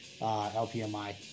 LPMI